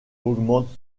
augmente